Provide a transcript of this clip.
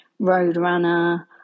Roadrunner